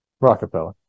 Rockefeller